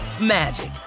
magic